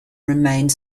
remained